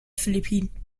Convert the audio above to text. philippinen